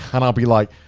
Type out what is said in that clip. and i'll be like,